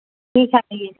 ٹھیک ہے